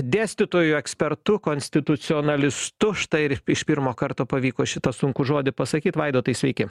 dėstytoju ekspertu konstitucionalistu štai ir iš pirmo karto pavyko šitą sunkų žodį pasakyt vaidotai sveiki